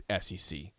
SEC